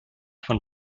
von